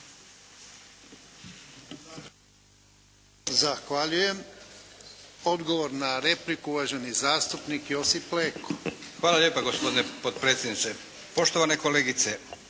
Zahvaljujem. Odgovor na repliku uvaženi zastupnik Josip Leko. **Leko, Josip (SDP)** Hvala lijepa gospodine potpredsjedniče. Poštovana kolegice,